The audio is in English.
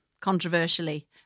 controversially